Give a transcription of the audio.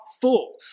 full